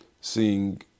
seeing